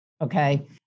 okay